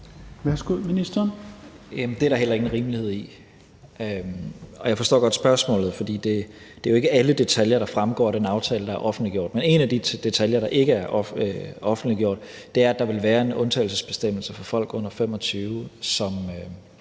det er der heller ingen rimelighed i, og jeg forstår godt spørgsmålet, for det er ikke alle detaljer, der fremgår af den aftale, der er offentliggjort. Men en af de detaljer, der ikke er offentliggjort, er, at der vil være en undtagelsesbestemmelse for folk under 25 år.